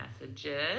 messages